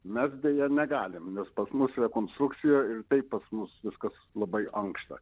mes deja negalim nes pas mus rekonstrukcija ir taip pas mus viskas labai ankšta